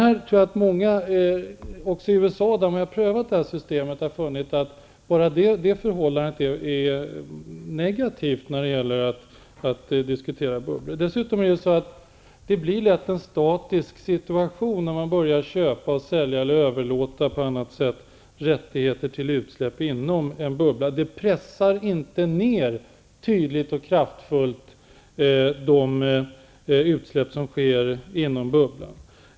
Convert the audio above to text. Jag tror att många, även i USA, där man har prövat det här systemet, har funnit att detta förhållande är negativt när man diskuterar bubblor. Det är dessutom så att det lätt blir en statisk situation om man börjar köpa, sälja och överlåta rättigheter till utsläpp inom en bubbla på andra. Det pressar inte tydligt och kraftigt ner de utsläpp som sker inom bubblan.